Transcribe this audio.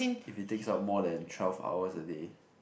if it takes up more than twelve hours a day